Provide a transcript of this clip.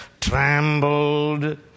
trampled